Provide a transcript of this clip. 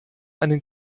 einen